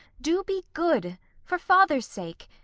do be good for father's sake.